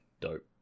dope